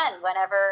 whenever